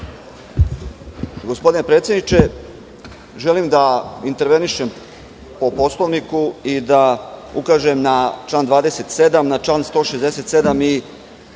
Gospodine predsedniče, želim da intervenišem po Poslovniku i da ukažem na član 27, na član 167.